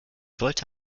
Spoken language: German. wollte